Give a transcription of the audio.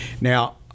Now